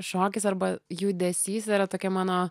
šokis arba judesys yra tokia mano